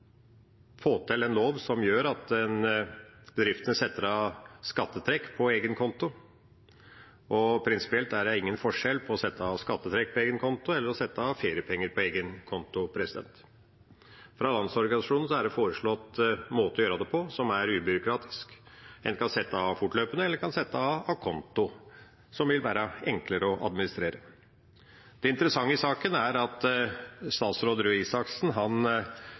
få til en lov som gjør at bedriftene setter av skattetrekk på egen konto. Prinsipielt er det ingen forskjell på å sette av skattetrekk på egen konto og å sette av feriepenger på egen konto. Fra Landsorganisasjonen er det foreslått en måte å gjøre det på som er ubyråkratisk. En kan sette av fortløpende, eller en kan sette av a konto, noe som vil være enklere å administrere. Det interessante i saken er at statsråd Røe Isaksen